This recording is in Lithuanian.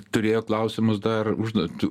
turėjo klausimus dar užduot